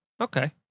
Okay